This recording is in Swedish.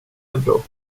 euro